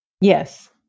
yes